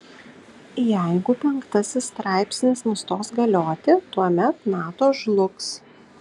jeigu penktasis straipsnis nustos galioti tuomet nato žlugs